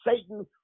satan